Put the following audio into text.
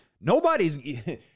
Nobody's